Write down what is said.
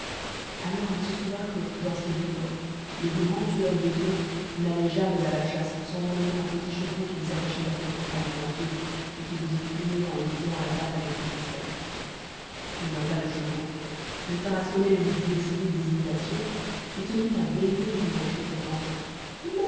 alors il se souvint que dans ses livres les grands tueurs de lions n'allaient jamais à la chasse sans emmener un petit chevreau qu'ils attachaient à quelques pas devant eux et qu'ils faisaient crier en lui tirant la patte avec une ficelle n'ayant pas de chevreau le tarasconnais eut l'idée d'essayer des imitations et se mit à bêler d'une voix